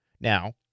Now